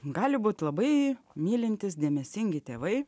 gali būt labai mylintys dėmesingi tėvai